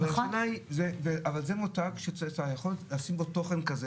אבל זה מותג שאתה יכול לשים בו תוכן כזה